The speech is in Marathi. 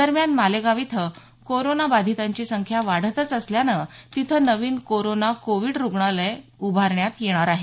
दरम्यान मालेगाव इथं कोरोना बधितांची संख्या वाढतच असल्यानं तिथं नवीन कोरोना कोविड रुग्णालय उभारण्यात येणार आहे